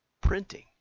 printing